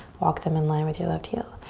walk them in line with your left heel.